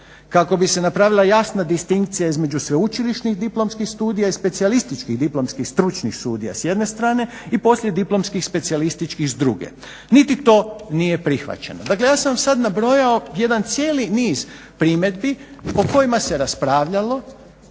kako bi se napravila jasna distinkcija između sveučilišnih diplomskih studija i specijalističkih diplomskih stručnih studija s jedne strane i posljediplomskih specijalističkih s druge. Niti to nije prihvaćeno. Dakle, ja sam vam sad nabrojao jedan cijeli niz primjedbi po kojima se raspravljalo,